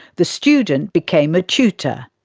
the student became a tutor,